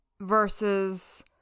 versus